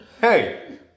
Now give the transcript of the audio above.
Hey